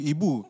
Ibu